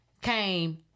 came